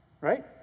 right